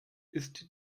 ist